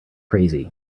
crazy